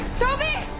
toby